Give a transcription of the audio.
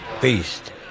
beast